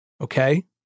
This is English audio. Okay